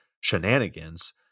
shenanigans